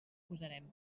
posarem